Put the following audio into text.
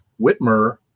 Whitmer